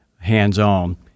hands-on